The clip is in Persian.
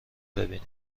بیینیم